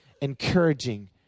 encouraging